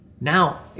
Now